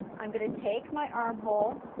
i am going to take my armhole.